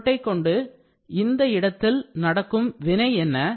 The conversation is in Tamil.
இவற்றைக்கொண்டு இந்த இடத்தில் நடக்கும் வினை என்ன